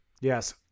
Yes